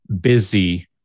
busy